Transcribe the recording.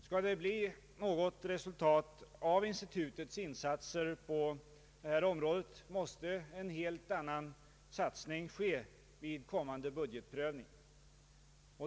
Skall det bli något resultat av institutets insatser på det här området måste en helt annan satsning ske vid kommande budgetprövning.